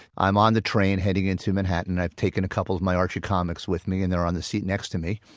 i'm on the train heading into manhattan and i've taken a couple of my archie comics with me and they're on the seat next to me,